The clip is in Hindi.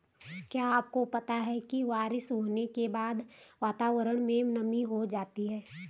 क्या आपको पता है बारिश होने के बाद वातावरण में नमी हो जाती है?